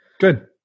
Good